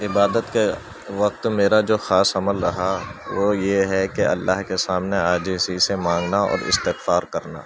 عبادت کے وقت میرا جو خاص عمل رہا وہ یہ ہے کہ اللہ کے سامنے عاجزی سے مانگنا اور استغفار کرنا